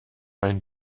ein